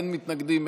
אין מתנגדים,